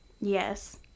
Yes